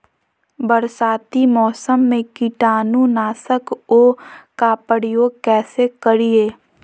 बरसाती मौसम में कीटाणु नाशक ओं का प्रयोग कैसे करिये?